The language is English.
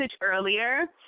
earlier